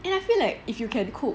and I feel like if you can cook